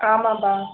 ஆமாப்பா